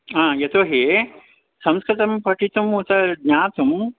हा यतोहि संस्कृतं पठितुम् उत ज्ञातुम्